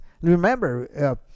Remember